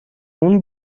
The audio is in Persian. اون